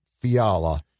Fiala